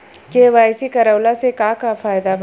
KYC करवला से का का फायदा बा?